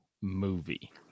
movie